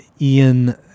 Ian